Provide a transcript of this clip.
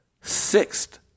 Sixth